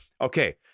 Okay